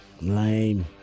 lame